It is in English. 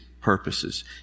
purposes